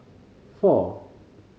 four